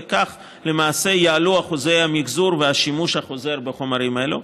וכך למעשה יעלו אחוזי המחזור והשימוש החוזר בחומרים האלה.